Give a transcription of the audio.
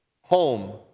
home